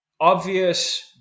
obvious